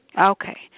Okay